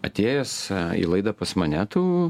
atėjęs į laidą pas mane tu